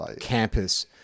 campus